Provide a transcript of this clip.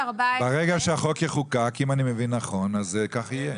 ברגע שהחוק יחוקק, אם אני מבין נכון, אז כך יהיה.